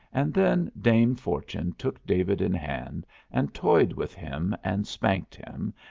and then dame fortune took david in hand and toyed with him and spanked him,